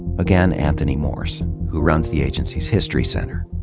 again, anthony morse, who runs the agency's history center.